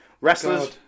Wrestlers